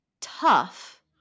tough